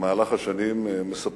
במהלך השנים מספרים,